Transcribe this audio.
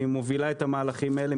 היא מובילה את המהלכים האלה,